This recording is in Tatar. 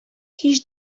һич